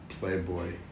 Playboy